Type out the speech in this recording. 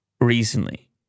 Recently